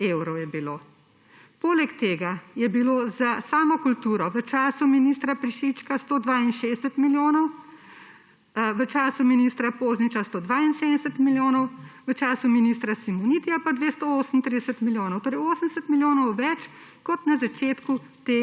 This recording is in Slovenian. evrov. Poleg tega je bilo za samo kulturo v času ministra Prešička 162 milijonov, v času ministra Pozniča 172 milijonov, v času ministra Simonitija pa 238 milijonov. Torej 80 milijonov več kot na začetku